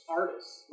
artists